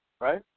right